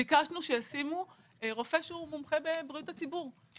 ביקשנו שישימו רופא שהוא מומחה בבריאות הציבור,